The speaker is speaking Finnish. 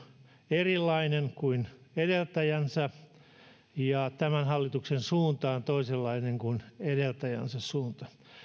erilainen kuin edeltäjänsä ja tämän hallituksen suunta on toisenlainen kuin edeltäjänsä suunta